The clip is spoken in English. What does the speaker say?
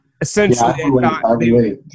Essentially